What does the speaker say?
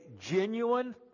genuine